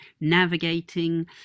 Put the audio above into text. navigating